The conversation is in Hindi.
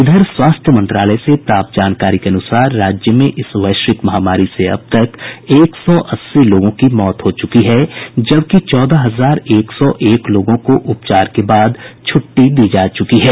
इधर स्वास्थ्य मंत्रालय से प्राप्त जानकारी के अनुसार राज्य में इस वैश्विक महामारी से अब तक एक सौ अस्सी लोगों की मौत हो चुकी है जबकि चौदह हजार एक सौ एक लोगों को उपचार के बाद छुट्टी दी जा चुकी है